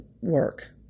work